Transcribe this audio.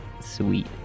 Sweet